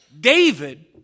David